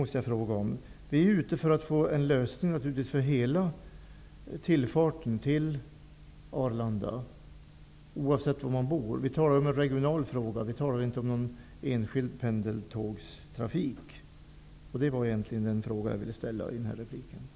Vi är naturligtvis ute efter att få en lösning avseende hela tillfarten till Arlanda som fungerar oavsett varifrån man kommer. Vi talar här om en regional angelägenhet, inte om någon enskild pendeltågsbana.